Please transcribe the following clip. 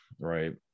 right